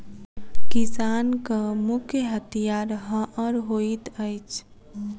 किसानक मुख्य हथियार हअर होइत अछि